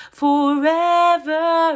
forever